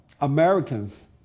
Americans